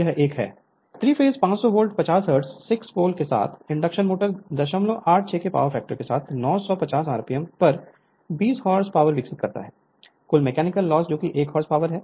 Refer Slide Time 2622 3 phase 500 volt 50 hertz 6 poles के साथ induction motor 086 के पावर फैक्टर के साथ 950 आरपीएम पर 20 हॉर्स पावर विकसित करता है कुल मैकेनिकल लॉस जो कि 1 हॉर्स पावर है